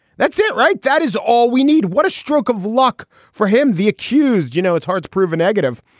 that's it, right? that is all we need. what a stroke of luck for him. the accused, you know, it's hard to prove a negative,